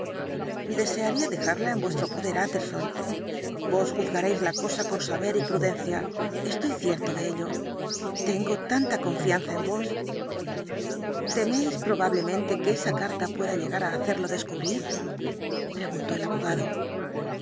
desearía dejarla en vuestro poder utterson vos juzgaréis la cosa con saber y prudencia estoy cierto de ello tengo tanta confianza en vos teméis probablemente que esa carta pueda llegar á hacerlo descubrir preguntó el abogado